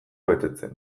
betetzen